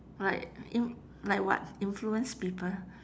like in~ like what influence people